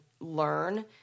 learn